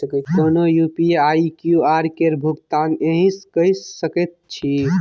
कोनो UPI QR केर भुगतान एहिसँ कए सकैत छी